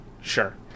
Sure